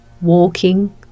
walking